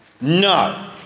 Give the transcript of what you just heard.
No